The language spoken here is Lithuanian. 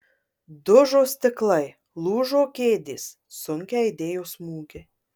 dužo stiklai lūžo kėdės sunkiai aidėjo smūgiai